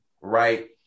Right